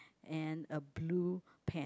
and a blue pant